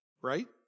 right